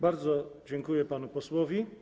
Bardzo dziękuję panu posłowi.